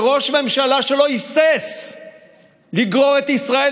לראש ממשלה שלא היסס לגרור את ישראל